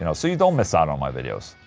you know? so you don't miss out on my videos.